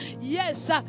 yes